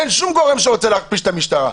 אין שום גורם שרוצה להכפיש את המשטרה.